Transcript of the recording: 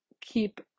keep